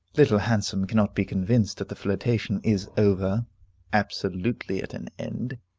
little handsome cannot be convinced that the flirtation is over absolutely at an end.